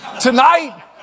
tonight